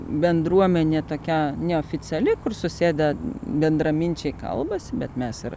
bendruomenė tokia neoficiali kur susėdę bendraminčiai kalbasi bet mes ir